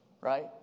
right